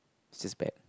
is just bad